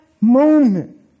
moment